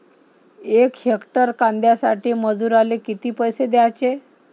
यक हेक्टर कांद्यासाठी मजूराले किती पैसे द्याचे?